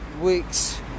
weeks